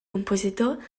compositor